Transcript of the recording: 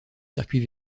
circuit